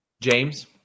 James